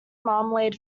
marmalade